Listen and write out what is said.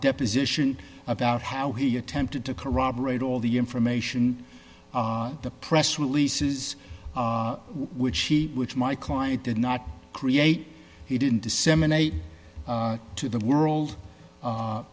deposition about how he attempted to corroborate all the information the press releases which he which my client did not create he didn't disseminate to the world